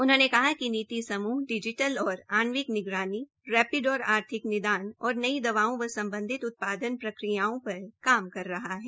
उन्होंने कहा कि नीति समूह डिजीटल और आणविक निगरानी रेपिड और आर्थिक निदान और नई दवाओं व सम्बधित उत्पादन प्रक्रियाओं पर काम कर रहा है